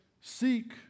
seek